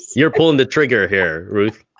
you're pulling the trigger here, ruth.